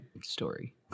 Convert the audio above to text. story